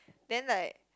then like